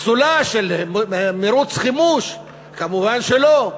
פסולה של מירוץ חימוש, כמובן שלא.